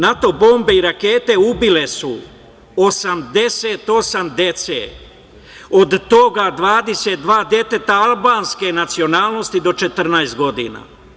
NATO bombe i rakete ubile su 88 dece, od toga 22 deteta albanske nacionalnosti do 14 godina.